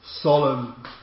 Solemn